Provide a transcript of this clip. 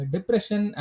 Depression